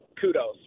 Kudos